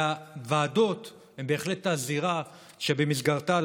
הוועדות הן בהחלט הזירה שבמסגרתה,